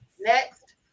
next